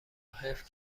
حیف